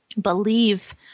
believe